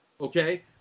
Okay